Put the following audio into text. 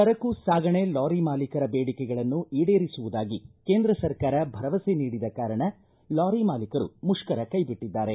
ಸರಕು ಸಾಗಣೆ ಲಾರಿ ಮಾಲಿಕರ ಬೇಡಿಕೆಗಳನ್ನು ಈಡೇರಿಸುವುದಾಗಿ ಕೇಂದ್ರ ಸರ್ಕಾರ ಭರವಸೆ ನೀಡಿದ ಕಾರಣ ಲಾರಿ ಮಾಲೀಕರು ಮುಷ್ಕರ ಕೈಬಿಟ್ಟಿದ್ದಾರೆ